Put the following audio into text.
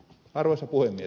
arvoisa puhemies